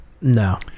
no